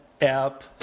app